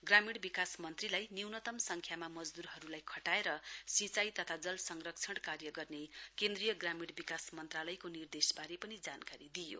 ग्रामीण विकास मन्त्रीलाई न्यनतम संख्यामा मजदूरहरूलाई खटाएर सिंचाई तथा जल संरक्षण कार्य गर्ने केन्द्रीय ग्रामीण विकास मन्त्रालयको निर्देशबारे पनि जानकारी दिइयो